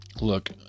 look